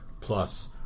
plus